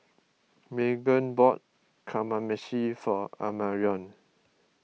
Meghan bought Kamameshi for Amarion